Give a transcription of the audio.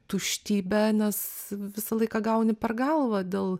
tuštybė nes visą laiką gauni per galvą dėl